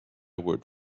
word